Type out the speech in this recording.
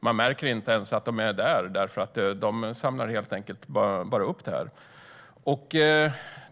Man märker inte ens att de är där, utan de samlar helt enkelt bara upp det.